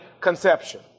conception